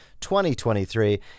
2023